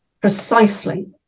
precisely